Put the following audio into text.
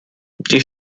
die